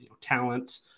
talent